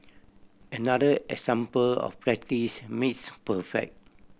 another example of practice makes perfect